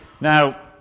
Now